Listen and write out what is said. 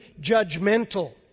judgmental